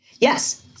Yes